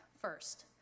First